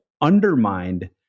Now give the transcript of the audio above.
undermined